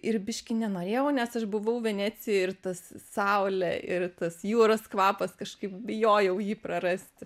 ir biškį nenorėjau nes aš buvau venecijoj ir tas saulė ir tas jūros kvapas kažkaip bijojau jį prarasti